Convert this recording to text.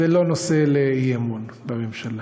זה לא נושא לאי-אמון בממשלה.